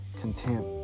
contempt